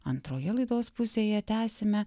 antroje laidos pusėje tęsime